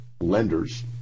lenders